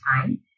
time